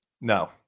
No